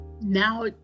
now